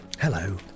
Hello